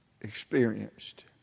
experienced